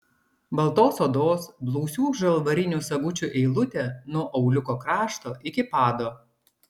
baltos odos blausių žalvarinių sagučių eilutė nuo auliuko krašto iki pado